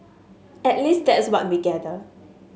at least that's what we gather